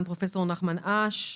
פרופ' נחמן אש,